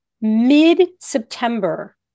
mid-September